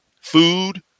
food